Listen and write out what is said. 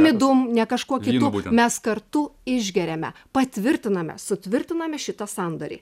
midum ne kažkuo kitu mes kartu išgeriame patvirtiname sutvirtinami šitą sandorį